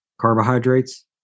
carbohydrates